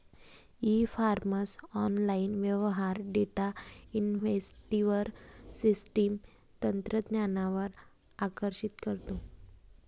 E commerce online व्यवहार data inventory system तंत्रज्ञानावर आकर्षित करतो